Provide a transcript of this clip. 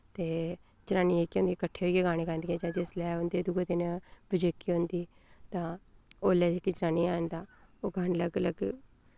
ते जनानियां जेह्कियां होन्दियां किट्ठे होइयै गाने गांदियां ते जिसलै उं'दे दुए दिन पजेकी औंदी तां उसलै जेह्की जनानियां हैन तां ओह् गाने लग्ग लग्ग